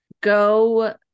Go